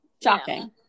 Shocking